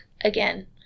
again